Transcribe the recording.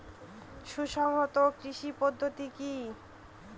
সুসংহত কৃষি পদ্ধতি কি?